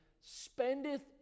spendeth